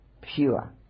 pure